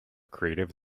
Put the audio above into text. creative